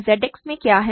Z X में क्या है